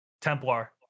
templar